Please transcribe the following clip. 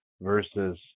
versus